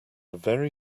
very